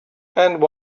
and